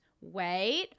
wait